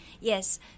yes